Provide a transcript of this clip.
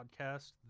podcast